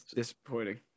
disappointing